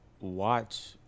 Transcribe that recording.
watch